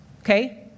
Okay